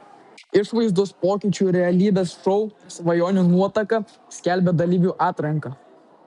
išvaizdos pokyčių realybės šou svajonių nuotaka skelbia dalyvių atranką